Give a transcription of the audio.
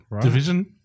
division